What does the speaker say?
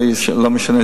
לא משנה,